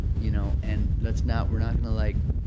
you know. and let's not we're not going to, like,